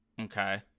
Okay